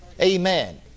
Amen